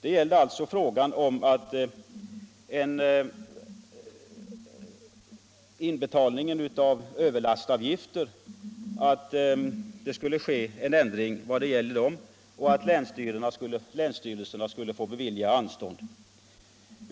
Det gällde alltså frågan om en ändring av in 121 betalningen av överlastavgifter. Länsstyrelserna skulle få bevilja anstånd.